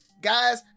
guys